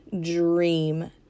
dream